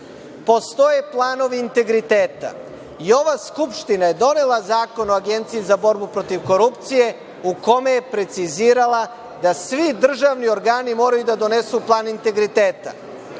Postoje planovi integriteta i ova Skupština je donela Zakon o Agenciji za borbu protivkorupcije u kome je precizirala da svi državni organi moraju da donesu plan integriteta,